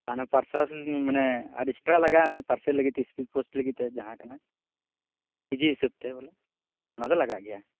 ᱚᱱᱟ ᱯᱟᱨᱥᱟᱞ ᱢᱟᱱᱮ ᱟᱨᱚ ᱮᱥᱴᱨᱟ ᱞᱟᱜᱟᱜᱼᱟ ᱚᱱᱟ ᱯᱟᱨᱥᱮᱞ ᱞᱟᱹᱜᱤᱫ ᱛᱮ ᱥᱯᱤᱰ ᱯᱳᱥᱴ ᱞᱟᱹᱜᱤᱜ ᱛᱮ ᱡᱟᱦᱟᱸ ᱠᱟᱱᱟ ᱠᱮᱡᱤ ᱦᱤᱥᱟᱹᱵᱽ ᱛᱮ ᱵᱚᱞᱮ ᱚᱱᱟ ᱫᱚ ᱞᱟᱜᱟᱜ ᱜᱮᱭᱟ